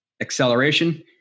Acceleration